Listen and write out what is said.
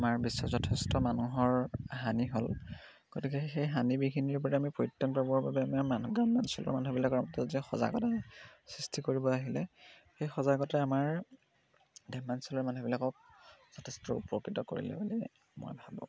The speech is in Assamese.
আমাৰ বিশ্ব যথেষ্ট মানুহৰ হানি হ'ল গতিকে সেই হানি বিঘিনিৰ পৰা আমি পৰিত্ৰাণ পাবৰ বাবে আমাৰ মানুহ গ্ৰাম্যাঞ্চলৰ মানুহবিলাকৰ যি সজাগতা সৃষ্টি কৰিব আহিলে সেই সজাগতাই আমাৰ গ্ৰাম্যাঞ্চলৰ মানুহবিলাকক যথেষ্ট উপকৃত কৰিলে বুলিয়ে মই ভাবোঁ